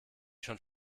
schon